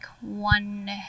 one